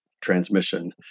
transmission